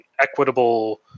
equitable